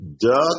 Duck